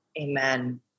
amen